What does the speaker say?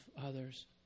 others